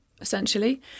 essentially